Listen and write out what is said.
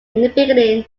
beginning